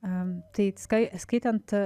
am tai skai skaitant